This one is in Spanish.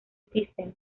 thyssen